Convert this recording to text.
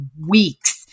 weeks